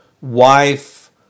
wife